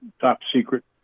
top-secret